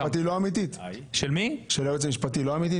לא הבנתי, המלצה של הייעוץ המשפטי היא לא אמיתית?